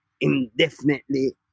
indefinitely